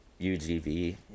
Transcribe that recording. UGV